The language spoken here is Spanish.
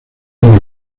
los